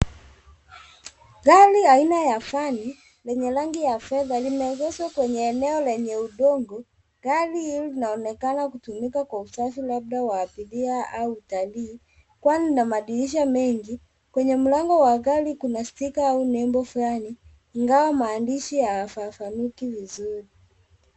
Gari aina ya vani lenye rangi ya fedha limeegeshwa kwenye eneo lenye udongo. Gari hili linaonekana kutumika kwa usafi labda wa abiria au utalii kwani ina madirisha mengi. Kwenye mlango wa gari kuna stika au nembo fulani ingawa maandishi hayafafanuki vizuri.